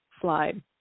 slide